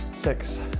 Six